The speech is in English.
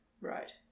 Right